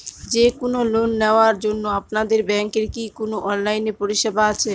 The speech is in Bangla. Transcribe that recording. যে কোন লোন নেওয়ার জন্য আপনাদের ব্যাঙ্কের কি কোন অনলাইনে পরিষেবা আছে?